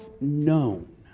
known